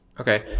Okay